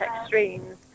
extremes